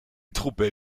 truppe